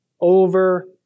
over